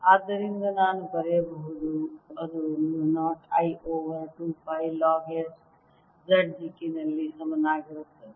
ಆದ್ದರಿಂದ ನಾನು ಬರೆಯಬಹುದು ಬರೆಯದಿರಬಹುದು ಅದು mu 0 I over 2 pi log S Z ದಿಕ್ಕಿನಲ್ಲಿ ಸಮನಾಗಿರುತ್ತದೆ